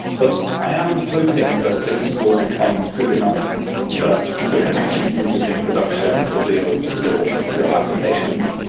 but i am hoping that this will become good enough that people can actually use it in production for real to build real applications.